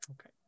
Okay